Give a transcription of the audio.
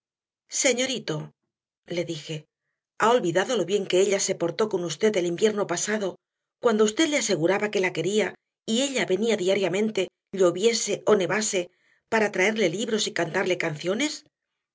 señorito le dije ha olvidado lo bien que ella se portó con usted el invierno pasado cuando usted le aseguraba que la quería y ella venía diariamente lloviese o nevase para traerle libros y cantarle canciones